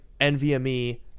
nvme